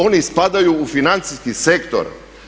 Oni spadaju u financijski sektor.